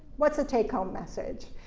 what's the take-home message?